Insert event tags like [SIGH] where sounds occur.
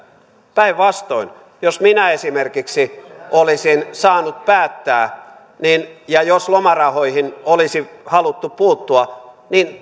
päinvastoin jos minä esimerkiksi olisin saanut päättää ja jos lomarahoihin olisi haluttu puuttua niin [UNINTELLIGIBLE]